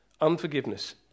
unforgiveness